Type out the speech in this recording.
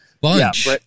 Bunch